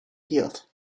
healed